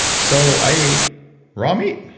so i ate raw meat.